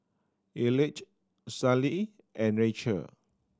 Elige Sallie and Rachel